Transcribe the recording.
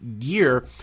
year